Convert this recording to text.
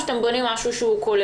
או שאתם בונים משהו כוללני?